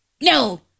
No